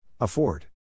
Afford